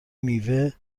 میوه